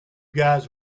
guys